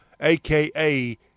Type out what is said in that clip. aka